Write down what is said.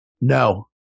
No